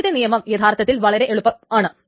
ആദ്യത്തെ നിയമം യഥാർത്ഥത്തിൽ വളരെ എളുപ്പമാണ്